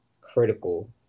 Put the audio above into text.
critical